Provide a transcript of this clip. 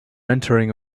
entering